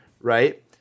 right